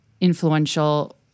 influential